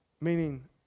Meaning